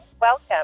Welcome